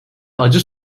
acı